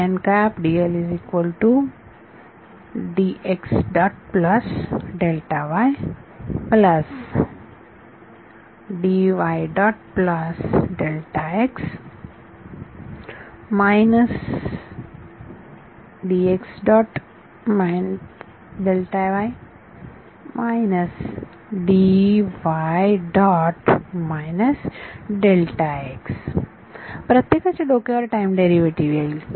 ह्या प्रत्येकाच्या डोक्यावर टाईम डेरिव्हेटिव्ह येईल